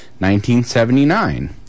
1979